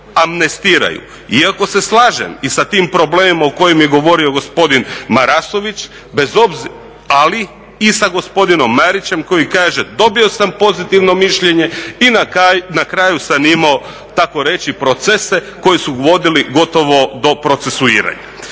"amnestiraju". Iako se slažem i sa tim problemom o kojem je govorio gospodin Marasović ali i sa gospodinom Marićem koji kaže dobio sam pozitivno mišljenje i na kraju sam imao tako reći procese koji su vodili gotovo do procesuiranja.